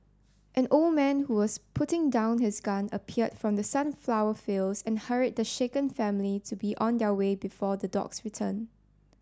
an old man who was putting down his gun appeared from the sunflower fields and hurried the shaken family to be on their way before the dogs return